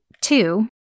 Two